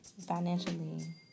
financially